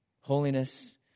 holiness